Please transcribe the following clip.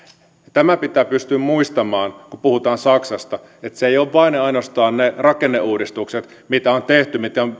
tämä pitää pystyä muistamaan kun puhutaan saksasta että se ei ole vain ja ainoastaan ne rakenneuudistukset mitä on tehty